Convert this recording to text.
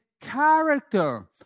character